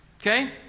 Okay